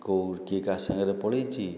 କେଉଁ କିଏ କାହା ସାଙ୍ଗରେ ପଳାଇଛି